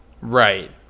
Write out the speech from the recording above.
Right